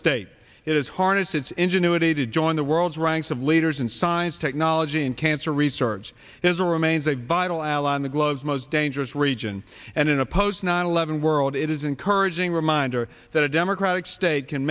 state it is harness its ingenuity to join the world's ranks of leaders in science technology and cancer research is a remains a vital ally in the globe's most dangerous region and in a post nine eleven world it is encouraging reminder that a democratic state can